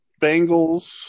Bengals